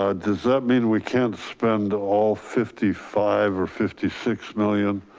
ah does that mean we can't spend all fifty five or fifty six million?